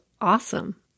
awesome